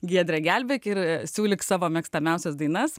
giedrę gelbėk ir siūlyk savo mėgstamiausias dainas